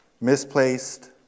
misplaced